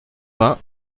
vingt